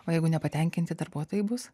o jeigu nepatenkinti darbuotojai bus